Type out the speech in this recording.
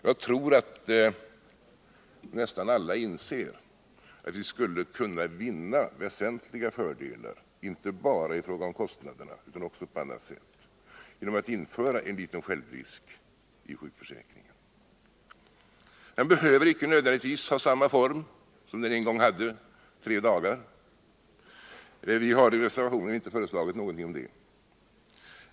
Jag tror att nästan alla inser att vi skulle kunna vinna väsentliga fördelar inte bara i fråga om kostnaderna utan också på annat sätt genom att införa en liten självrisk i sjukförsäkringen. Den behöver icke nödvändigtvis ha samma form som den en gång hade — tre karensdagar. Vi har i reservationen inte föreslagit någonting om det.